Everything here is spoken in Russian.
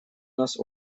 нас